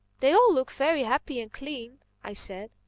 they all look very happy and clean, i said.